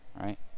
right